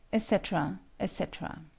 etc, etc.